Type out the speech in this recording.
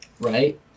right